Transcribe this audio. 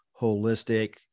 holistic